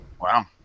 Wow